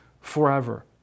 forever